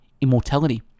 immortality